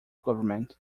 government